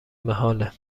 محاله